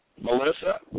Melissa